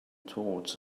towards